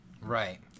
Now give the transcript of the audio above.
Right